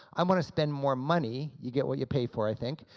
i want to spend more money, you get what you pay for i think,